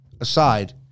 Aside